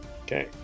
Okay